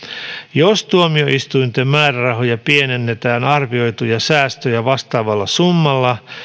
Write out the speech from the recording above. jos tuomioistuinten määrärahoja pienennetään arvioituja säästöjä vastaavalla summalla